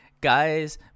guys